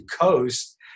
Coast